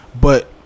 But-